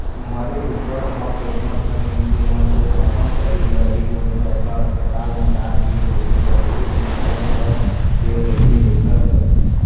मरे उपर म केतनो झन मइनसे मन तो अपन सरीर ल ही कोनो बड़खा असपताल में दान कइर देथे पहिली ले फारम भर दे रहिथे एखर बर